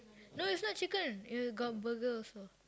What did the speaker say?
no it's not chicken they got burger also